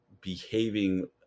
behaving